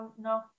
No